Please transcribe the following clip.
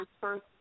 first